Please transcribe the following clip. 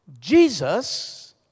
jesus